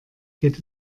geht